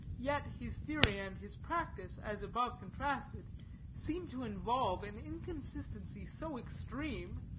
yet his theory and his practice as above contrasted seem to involve an inconsistency so extreme,